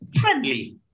Friendly